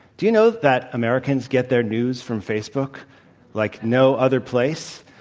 do you know that americans get their news from facebook like no other place?